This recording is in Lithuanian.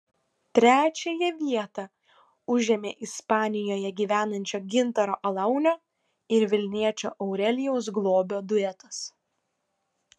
trečiąją vietą užėmė ispanijoje gyvenančio gintaro alaunio ir vilniečio aurelijaus globio duetas